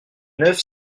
neuf